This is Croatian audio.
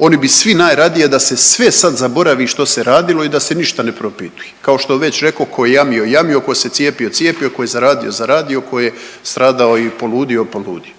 Oni bi svi najradije da se sve sad zaboravi što se radilo i da se ništa ne propituje. Kao što je već rekao tko je jamio je jamio, tko se cijepio cijepio, tko je zaradio zaradio, tko je stradao i poludio poludio.